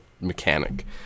mechanic